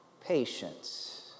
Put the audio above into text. patience